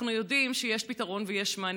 אנחנו יודעים שיש פתרון ויש מענה.